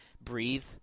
breathe